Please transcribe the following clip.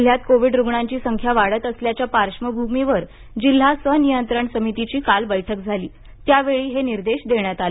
जिल्ह्यात कोविड रुग्णांची संख्या वाढत असल्याच्या पार्श्वभूमीवर जिल्हा सनियंत्रण समितीची काल बैठक झाली त्यावेळी हे निर्देश देण्यात आले